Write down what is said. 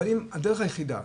הדרך היחידה,